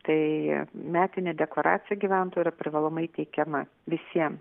tai metinė deklaracija gyventojų yra privalomai teikiama visiem